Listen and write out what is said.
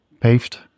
paved